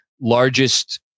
largest